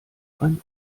ein